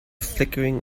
flickering